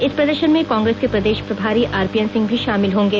इस प्रदर्शन में कांग्रेस के प्रदेश प्रभारी आरपीएन सिंह भी शामिल होंगे